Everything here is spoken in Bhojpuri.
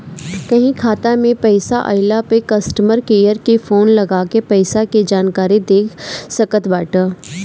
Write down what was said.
कहीं खाता में पईसा आइला पअ कस्टमर केयर के फोन लगा के पईसा के जानकारी देख सकत बाटअ